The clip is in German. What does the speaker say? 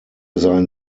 seien